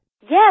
Yes